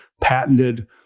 patented